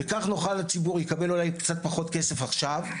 וכך יוכל הציבור לקבל אולי קצת פחות כסף עכשיו,